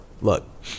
Look